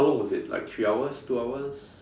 how long was it like three hours two hours